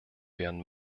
werden